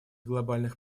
глобальных